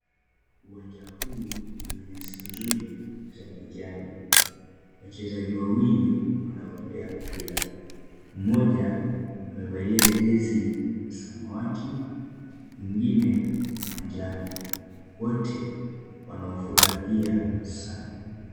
Uwanja huu una nyasi nzuri za kijani. Wachezaji wawili wanauendea mpira, mmoja amevalia jezi ya samawati mwingine manjano. Wote wanaufurahia sana.